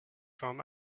from